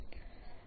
Jfree0 H0